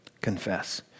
confess